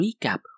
recap